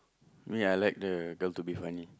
me I like the down to be funny